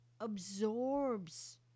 absorbs